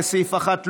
לסעיף 1,